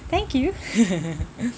thank you